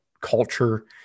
culture